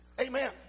Amen